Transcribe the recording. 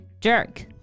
Jerk